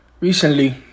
Recently